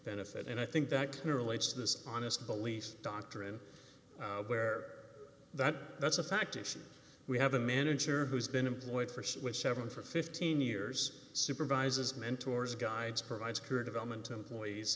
benefit and i think that relates to this honest police doctrine where that that's a fact we have a manager who's been employed for whichever one for fifteen years supervises mentors guides provides curative element to employees